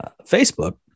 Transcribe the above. Facebook